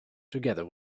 together